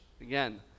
again